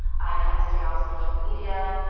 i kind of stay off social media.